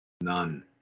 none